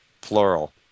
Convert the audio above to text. plural